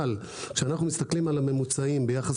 אבל כשאנחנו מסתכלים על הממוצעים ביחס